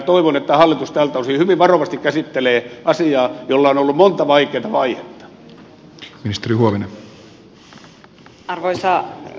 toivon että hallitus tältä osin hyvin varovasti käsittelee asiaa jolla on ollut monta vaikeata vaihetta